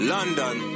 London